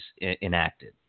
enacted